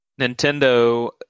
Nintendo